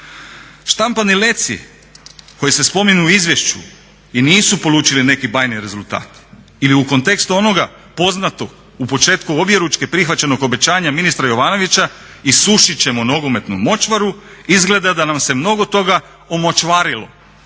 Štampani leci koji se spominju u izvješću i nisu polučili neki bajni rezultat ili u kontekstu onoga poznatog, u početku objeručke prihvaćenog obećanja ministra Jovanovića isušit ćemo nogometnu močvaru, izgleda da nam se mnogo toga omočvarilo.